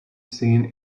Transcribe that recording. scene